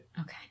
Okay